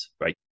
right